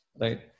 Right